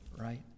right